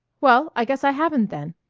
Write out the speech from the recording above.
well, i guess i haven't, then.